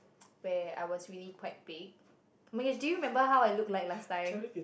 where I was really quite big oh-my-god do you remember how I look like last time